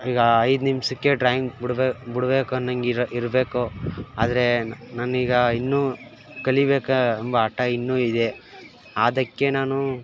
ಈಗ ಐದು ನಿಮ್ಷಕ್ಕೆ ಡ್ರಾಯಿಂಗ್ ಬಿಡ್ಬೇ ಬಿಡ್ಬೇಕು ಅನ್ನೋಂಗ್ ಇರು ಇರಬೇಕು ಆದರೆ ನನ್ನೀಗ ಇನ್ನೂ ಕಲಿಬೇಕು ಎಂಬ ಹಠ ಇನ್ನೂ ಇದೆ ಆದಕ್ಕೆ ನಾನು